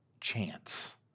chance